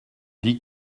dit